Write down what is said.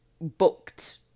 booked